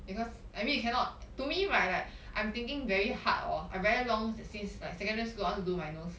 because I mean you cannot to me right like I'm thinking very hard orh I very long since like secondary school I want to do my nose